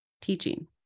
teaching